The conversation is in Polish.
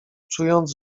czując